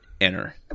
enter